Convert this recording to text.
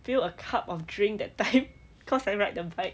spill a cup of drink that time cause I ride the bike